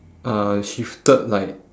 uh shifted like